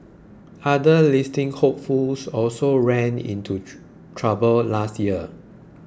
other listing hopefuls also ran into trouble last year